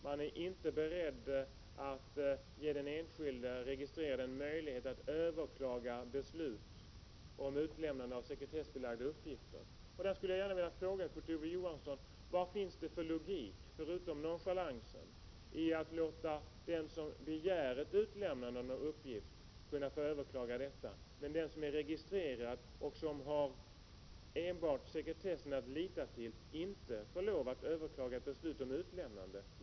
Man är inte beredd att ge enskilda registrerade en möjlighet att överklaga beslut om utlämnande av sekretessbelagda uppgifter. Jag vill gärna fråga Kurt Ove Johansson: Vad finns det för logik, förutom nonchalansen, i att den som begär ett utlämnande av en uppgift får överklaga beslutet, medan den som är registrerad och som har enbart sekretessen att lita till, inte får lov att överklaga ett beslut om utlämnande?